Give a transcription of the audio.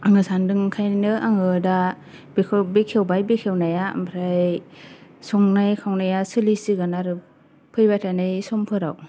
आङो सानदों ओंखायनो आङो दा बेखौ बेखेवबाय बेखेवनाया ओमफ्राय संनाय खावनाया सोलिसिगोन आरो फैबाय थानाय समफोराव